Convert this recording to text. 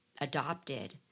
adopted